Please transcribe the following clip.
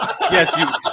Yes